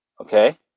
Okay